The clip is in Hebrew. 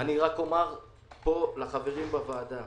אני רק אומר פה לחברים בוועדה